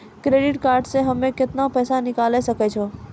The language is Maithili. क्रेडिट कार्ड से हम्मे केतना पैसा निकाले सकै छौ?